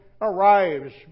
arrives